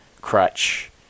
crutch